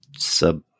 Sub